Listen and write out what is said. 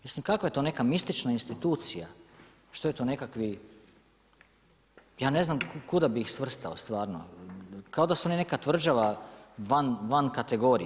Mislim kakva je to neka mistična institucija, što je to nekakvi ja ne znam kuda bi ih svrstao stvarno, kao da su oni neka tvrđava van kategorije.